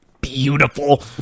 beautiful